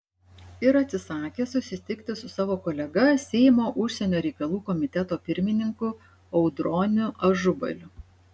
ir atsisakė susitikti su savo kolega seimo užsienio reikalų komiteto pirmininku audroniu ažubaliu